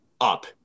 up